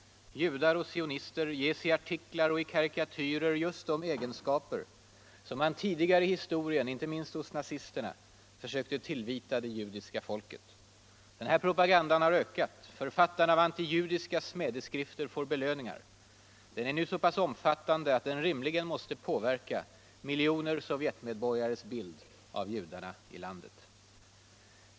Judar och sionister ges i artiklar och i karikatyrer just de egenskaper som man tidigare i historien, inte minst hos nazisterna, försökte tillvita det judiska folket. Den här propagandan har ökat, författarna av antijudiska smädeskrifter får belöningar. Den är nu så pass omfattande att den rimligen måste påverka miljoner sovjetmedborgares bild av judarna i landet.